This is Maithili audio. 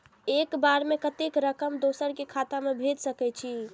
एक बार में कतेक रकम दोसर के खाता में भेज सकेछी?